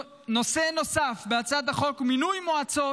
נושא נוסף בהצעת החוק הוא מינוי מועצת